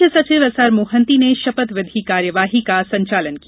मुख्य सचिव एसआर मोहंती ने शपथ विधि कार्यवाही का संचालन किया